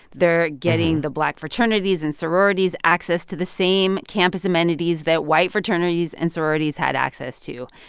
they're getting the black fraternities and sororities access to the same campus amenities that white fraternities and sororities had access to.